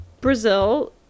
Brazil